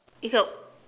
it's a